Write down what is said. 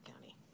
County